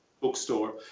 bookstore